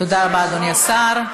תודה רבה, אדוני השר.